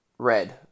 red